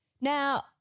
Now